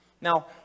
Now